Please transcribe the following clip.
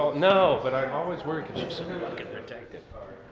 no, but i'm always worried cause she's so fuckin protective.